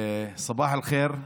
(אומר דברים בשפה הערבית,